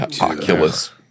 Oculus